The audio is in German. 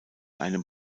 einem